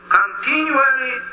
continually